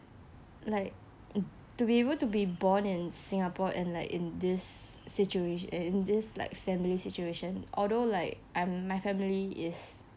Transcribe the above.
like to be able to be born in singapore and like in this situation in this like family situation although like I my family is